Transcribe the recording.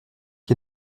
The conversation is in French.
qui